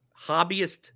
hobbyist